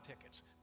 tickets